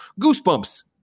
Goosebumps